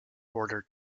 border